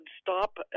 stop